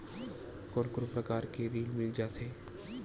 कोन कोन प्रकार के ऋण मिल जाथे?